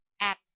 App